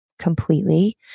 completely